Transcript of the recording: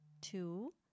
two